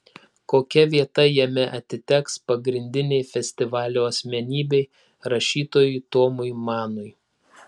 kokia vieta jame atiteks pagrindinei festivalio asmenybei rašytojui tomui manui